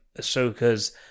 Ahsoka's